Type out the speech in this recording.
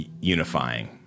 unifying